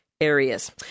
areas